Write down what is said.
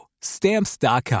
Stamps.com